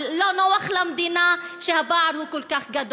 לא נוח למדינה שהפער כל כך גדול.